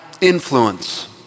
influence